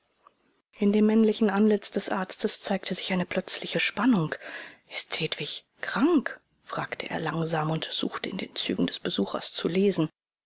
in dem männlichen antlitz des arztes zeigte sich eine plötzliche spannung ist hedwig krank fragte er langsam und suchte in den zügen des besuchers zu lesen